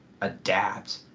adapt